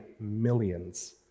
millions